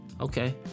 Okay